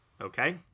Okay